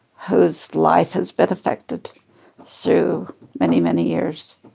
whose life has been affected through many, many years.